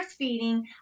breastfeeding